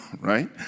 Right